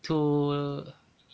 too